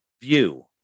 view